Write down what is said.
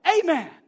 Amen